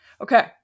Okay